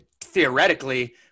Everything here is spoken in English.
theoretically